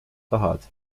tahad